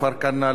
תודה רבה, אדוני.